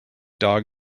dog